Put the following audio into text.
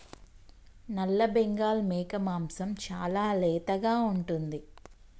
నల్లబెంగాల్ మేక మాంసం చాలా లేతగా ఉంటుంది